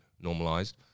normalized